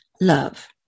love